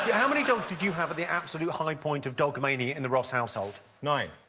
yeah how many dogs did you have at the absolute high point of dog mania in the ross household? nine.